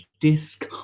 disc